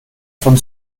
von